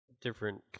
different